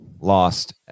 lost